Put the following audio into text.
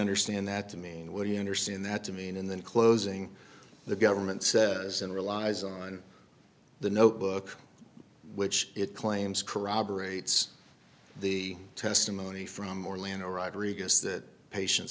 understand that to mean what do you understand that to mean and then closing the government says an relies on the notebook which it claims corroborates the testimony from orlando robbery guess that patien